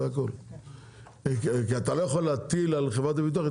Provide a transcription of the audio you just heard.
ברגע שיש לך מקרה, אתה לא מזדכה.